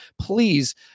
please